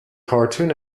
cartoon